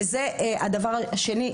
וזה הדבר השני,